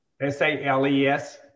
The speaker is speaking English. S-A-L-E-S